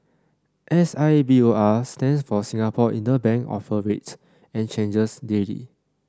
S I B O R stands for Singapore Interbank Offer Rate and changes daily